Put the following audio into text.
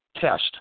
test